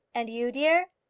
and you, dear?